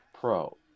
Pro